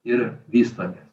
ir vystomės